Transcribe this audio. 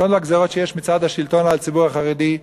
כל הגזירות שיש מצד השלטון על הציבור החרדי,